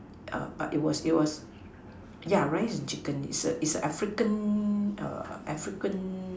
err but it was it was yeah rice and chicken it's an African err African